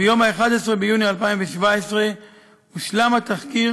ביום 11 ביוני 2017 הושלם התחקיר